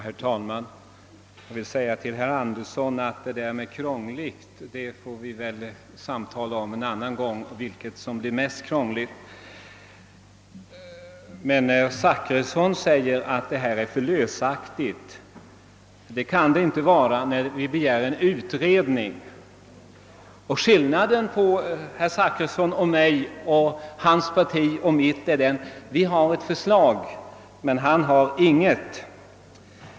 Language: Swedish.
Herr talman! Herr Andersson i Örebro och jag får väl pratas vid en annan gång om vilket som blir mest krångligt i den här frågan. Men herr Zachrissons uttalande att resonemanget är för »lösaktigt» vill jag bemöta med att säga att så inte kan vara fallet, eftersom vi begär en utredning. Skillnaden mellan herr Zachrissons parti och mitt är att vi har ett förslag men herr Zachrissons har inget.